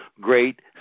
great